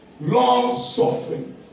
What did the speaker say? Long-suffering